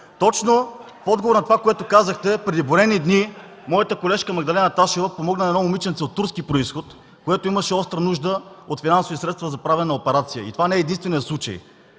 Точно в отговор на това, което казахте, преди броени дни моята колежка Магдалена Ташева помогна на едно момиченце от турски произход, което имаше остра нужда от финансови средства за правене на операция и това не е единственият случай.